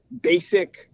basic